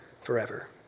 forever